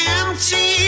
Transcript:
empty